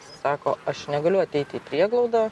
sako aš negaliu ateiti į prieglaudą